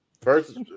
First